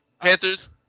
Panthers